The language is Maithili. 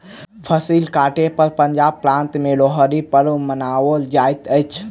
फसिल कटै पर पंजाब प्रान्त में लोहड़ी पर्व मनाओल जाइत अछि